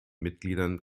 mitgliedern